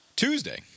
Tuesday